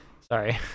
sorry